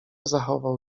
zachował